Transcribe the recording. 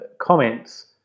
comments